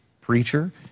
preacher